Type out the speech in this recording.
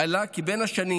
עלה כי בין השנים